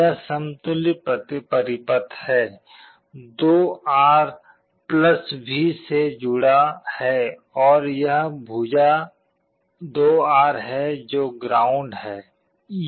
यह समतुल्य परिपथ है 2R V से जुड़ा है और यह भुजा 2R है जो ग्राउंड है